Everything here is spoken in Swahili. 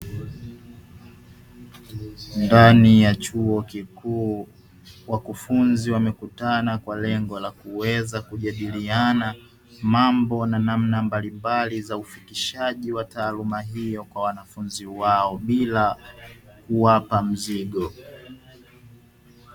Ndani ya chuo kikuu wakufunzi wamekutana kwa lengo la kuweza kujadiliana mambo na namna mbali mbali za ufikishaji wa taaluma hiyo kwa wanafunzi wao bila kuwapa mzigo.